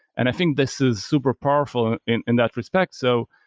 and i think this is super powerful in in that respect. so,